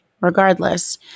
Regardless